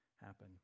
happen